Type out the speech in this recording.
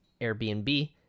airbnb